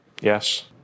yes